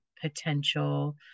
potential